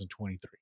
2023